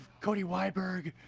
codey wieburg